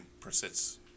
persists